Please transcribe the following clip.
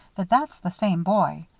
that that's the same boy.